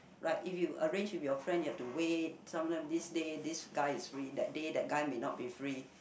right if you arrange with your friend you have to wait sometimes this day this guy is free that day that guy may not be free